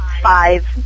five